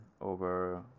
over